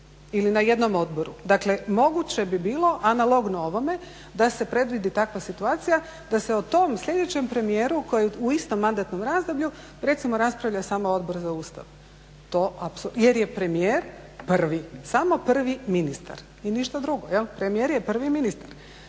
ili na jednom odboru. Dakle, moguće bi bilo analogno ovome da se predvidi takva situacija da se o tom sljedećem premijeru koji u istom mandatnom razdoblju recimo raspravlja samo Odbor za Ustav jer je premijer prvi, samo prvi, ministar i ništa drugo jel'. Premijer je prvi ministar.